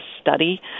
study